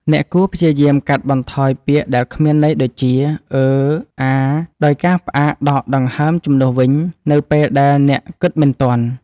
អ្នកគួរព្យាយាមកាត់បន្ថយពាក្យដែលគ្មានន័យដូចជា "អឺ... អា..." ដោយការផ្អាកដកដង្ហើមជំនួសវិញនៅពេលដែលអ្នកគិតមិនទាន់។